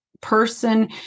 person